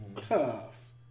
tough